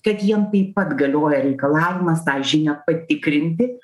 kad jiem taip pat galioja reikalavimas tą žinią patikrinti